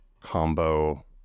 combo